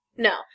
No